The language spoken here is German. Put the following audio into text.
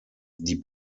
die